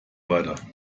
weiter